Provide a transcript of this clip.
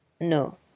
No